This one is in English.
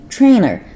Trainer